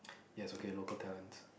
yes okay local talents